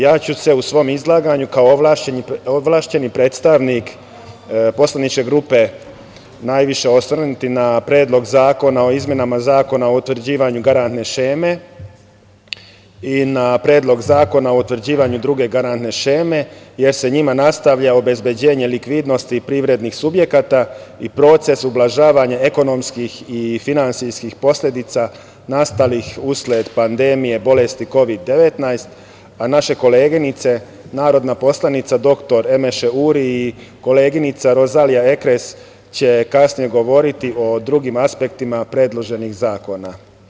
Ja ću se u svom izlaganju, kao ovlašćeni predstavnik poslaničke grupe, najviše osvrnuti na Predlog zakona o izmenama Zakona o utvrđivanju garantne šeme i na Predlog zakona o utvrđivanju druge garantne šeme, jer se njima nastavlja obezbeđenje likvidnosti i privrednih subjekata i proces ublažavanja ekonomskih i finansijskih posledica nastalih usled pandemije bolesti Kovid – 19, a naše koleginice, narodna poslanica dr Emeše Uri i koleginica Rozalija Ekres će kasnije govoriti o drugim aspektima predloženih zakona.